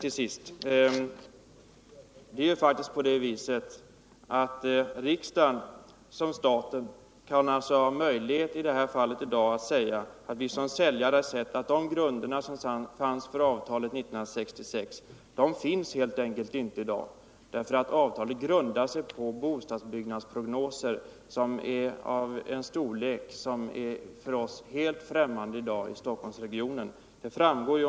Till sist: Det är faktiskt på det viset att riksdagen, liksom staten, har möjlighet att säga att vi som säljare sett att de grunder som fanns för avtalet 1966 helt enkelt inte finns i dag. Avtalet grundar sig på bostadsbyggnadsprognoser av en storlek som är helt främmande för oss i Stockholmsregionen för närvarande.